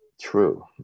true